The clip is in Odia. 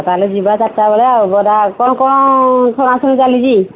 ତା'ହେଲେ ଯିବା ଚାରିଟା ବେଳେ ଆଉ ବରା ଆଳୁଚପ୍ କ'ଣ କ'ଣ ଛଣା ଛଣି ଚାଲିଛି